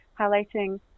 highlighting